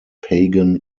pagan